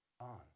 on